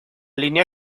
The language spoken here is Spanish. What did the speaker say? línea